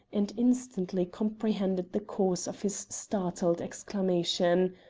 and instantly comprehended the cause of his startled exclamation.